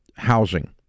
housing